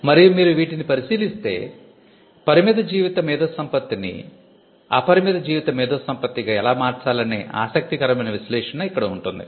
మరియు మీరు వీటిని పరిశీలిస్తే పరిమిత జీవిత మేధో సంపత్తిని అపరిమిత జీవిత మేధో సంపత్తిగా ఎలా మార్చాలనే ఆసక్తికరమైన విశ్లేషణ ఇక్కడ ఉంటుంది